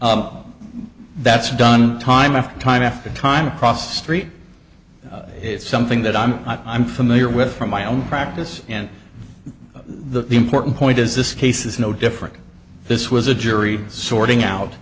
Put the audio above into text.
it that's done time after time after time across the street it's something that i'm not i'm familiar with from my own practice and the important point is this case is no different this was a jury sorting out